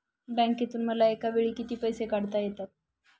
बँकेतून मला एकावेळी किती पैसे काढता येतात?